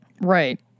Right